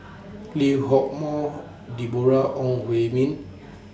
Lee Hock Moh Deborah Ong Hui Min